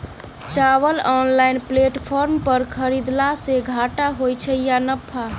चावल online platform पर खरीदलासे घाटा होइ छै या नफा?